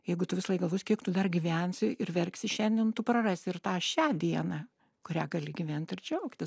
jeigu tu visąlaik galvosi kiek tu dar gyvensi ir verksi šiandien tu prarasi ir tą šią dieną kurią gali gyvent ir džiaugtis